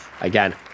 again